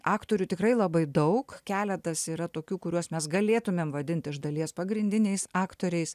aktorių tikrai labai daug keletas yra tokių kuriuos mes galėtumėm vadint iš dalies pagrindiniais aktoriais